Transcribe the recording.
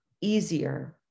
easier